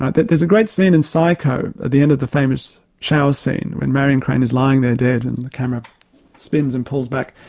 ah there's a great scene in psycho at the end of the famous shower scene when marion crane is lying there dead and the camera spins and falls back,